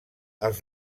els